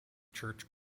church